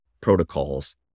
protocols